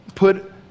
put